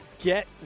get